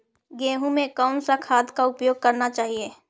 गेहूँ में कौन सा खाद का उपयोग करना चाहिए?